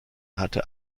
hatte